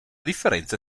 differenza